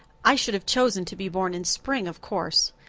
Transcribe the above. i should have chosen to be born in spring, of course.